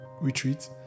retreat